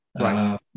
Right